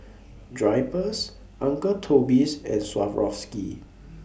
Drypers Uncle Toby's and Swarovski